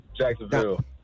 Jacksonville